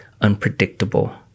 unpredictable